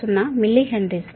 60 millihenry